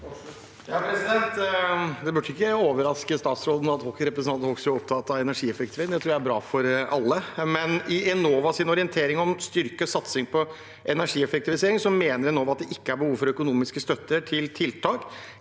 Det burde ikke overraske statsråden at representanten Hoksrud er opptatt av energieffektivisering. Jeg tror det er bra for alle. I Enovas orientering om styrket satsing på energieffektivisering mener Enova at det ikke er behov for økonomisk støtte til tiltak